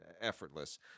effortless